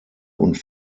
und